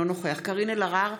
אינו נוכח קארין אלהרר,